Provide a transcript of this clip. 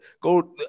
go